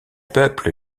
peuple